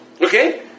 okay